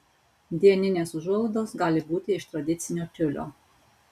dieninės užuolaidos gali būti iš tradicinio tiulio